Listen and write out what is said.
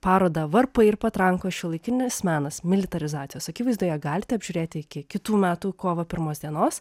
parodą varpai ir patrankos šiuolaikinis menas militarizacijos akivaizdoje galite apžiūrėti iki kitų metų kovo pirmos dienos